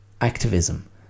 activism